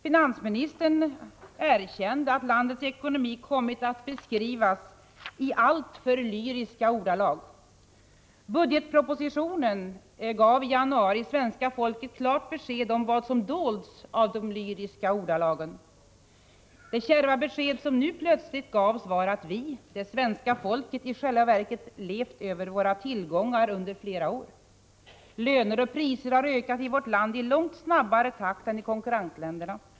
Finansministern erkände att landets ekonomi kommit att ”beskrivas i alltför lyriska ordalag”. Budgetpropositionen gav i januari svenska folket klart besked om vad som dolts av de ”lyriska ordalagen”. Det kärva besked som nu plötsligt gavs var att vi, det svenska folket, i själva verket levt över våra tillgångar under flera år. Löner och priser har ökat i vårt land i långt snabbare takt än i konkurrentländerna.